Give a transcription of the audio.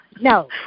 No